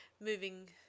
moving